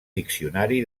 diccionari